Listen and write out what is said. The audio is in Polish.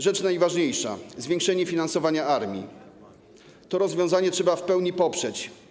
Rzecz najważniejsza, zwiększenie finansowania armii - to rozwiązanie trzeba w pełni poprzeć.